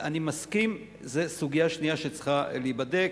אני מסכים, זאת סוגיה שנייה שצריכה להיבדק: